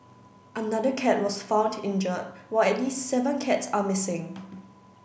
another cat was found injured while at least seven cats are missing